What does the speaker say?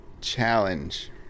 challenge